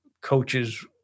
coaches